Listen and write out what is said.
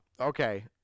Okay